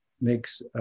makes